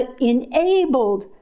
enabled